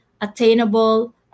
attainable